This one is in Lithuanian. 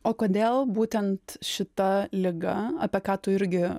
o kodėl būtent šita liga apie ką tu irgi